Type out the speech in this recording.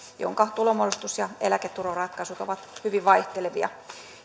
jonka tulonmuodostus ja eläketuloratkaisut ovat hyvin vaihtelevia